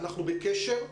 אנחנו בקשר.